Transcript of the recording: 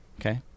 Okay